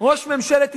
ראש ממשלת ישראל,